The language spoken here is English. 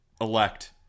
elect